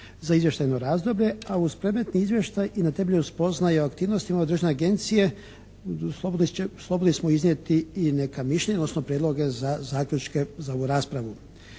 za izvještajno razdoblje a uz predmetni izvještaj i na temelju spoznaje o aktivnosti ove državne agencije slobodni smo iznijeti i neka mišljenja odnosno prijedloge za zaključke za ovu raspravu.